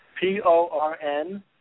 P-O-R-N